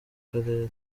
karere